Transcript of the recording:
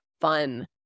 fun